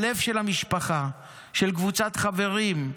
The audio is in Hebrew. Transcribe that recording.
הלב של המשפחה, של קבוצת חברים,